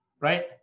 right